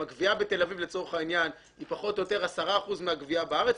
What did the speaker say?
אם הגבייה בתל-אביב היא פחות או יותר 10% מהגבייה בארץ,